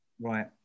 Right